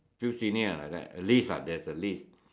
few senior ah like that list lah there's a list